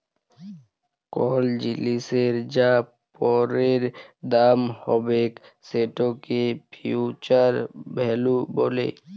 call জিলিসের যা পরের দাম হ্যবেক সেটকে ফিউচার ভ্যালু ব্যলে